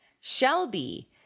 Shelby